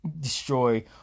destroy